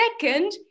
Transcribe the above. second